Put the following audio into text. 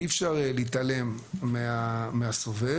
אי אפשר להתעלם מהסובב,